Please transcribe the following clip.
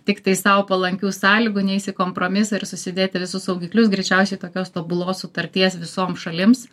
tiktai sau palankių sąlygų neis į kompromisą ir susidėti visus saugiklius greičiausiai tokios tobulos sutarties visoms šalims